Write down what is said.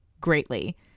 greatly